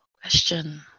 Question